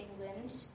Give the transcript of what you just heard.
England